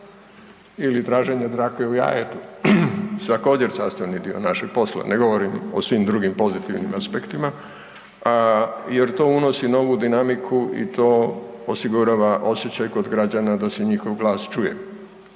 ili traženja dlake u jajetu što je također sastavni dio našeg posla, ne govorim o svim drugim pozitivnim aspektima jer to unosi novu dinamiku i to osigurava osjećaj kod građana da se njihov glas čuje.